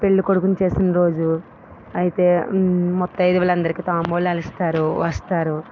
పెళ్ళికొడుకుని చేసిన రోజు అయితే ముత్తయిదువులు అందరికి తాంబూలాలు ఇస్తారు వస్తారు